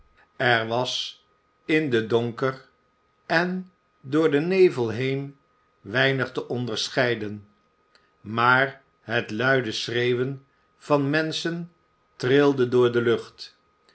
er was in den donker en door den nevel heen weinig te onderscheiden maar het luide schreeuwen van menschen trilde door de lucht